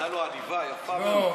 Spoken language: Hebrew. הייתה לו עניבה יפה מאוד.